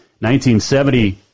1970